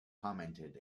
commented